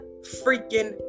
freaking